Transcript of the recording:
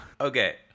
Okay